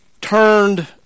turned